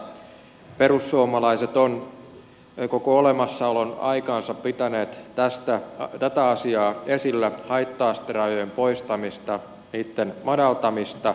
perussuomalaiset ovat koko olemassaolon aikansa pitäneet tätä asiaa esillä haitta asterajojen poistamista niitten madaltamista